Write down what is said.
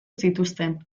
zituzten